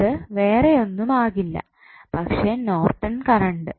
ഇത് വേറെ ഒന്നും ആകില്ല പക്ഷേ നോർട്ടൺ കറണ്ട്